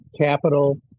capital